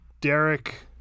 Derek